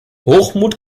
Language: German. hochmut